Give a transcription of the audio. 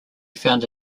found